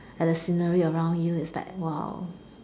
at the scenery around you it's like !wow!